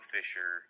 Fisher